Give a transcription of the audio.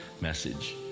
message